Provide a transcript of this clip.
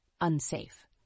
unsafe